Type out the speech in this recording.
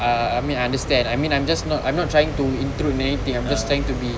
I mean I understand I mean I'm just not trying to intrude anything I'm just trying to be